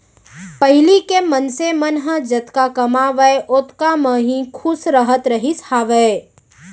पहिली के मनसे मन ह जतका कमावय ओतका म ही खुस रहत रहिस हावय